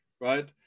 right